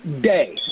day